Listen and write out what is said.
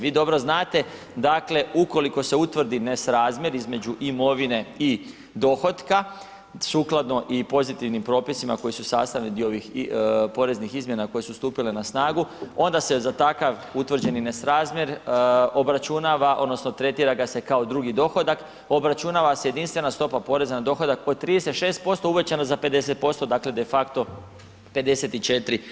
Vi dobro znate, dakle, ukoliko se utvrdi nesrazmjer između imovine i dohotka sukladno i pozitivnim propisima koji su sastavni dio ovih poreznih izmjena koje su stupile na snagu, onda se za takav utvrđeni nesrazmjer obračunava, odnosno tretira ga se kao drugi dohodak, obračunava se jedinstvena stopa poreza na dohodak od 36% uvećano za 50%, dakle de facto 54%